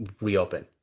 reopen